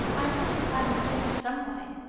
i insist that i must talk with somebody.